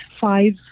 five